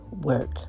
Work